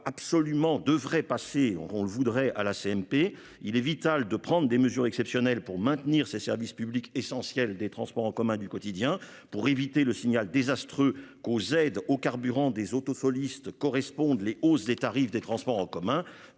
absolument devrait passer on qu'on le voudrait à la CNP. Il est vital de prendre des mesures exceptionnelles pour maintenir ses services publics essentiels des transports en commun du quotidien pour éviter le signal désastreux qu'aux aides au carburant des autos soliste correspondent les hausses des tarifs des transports en commun